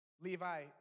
Levi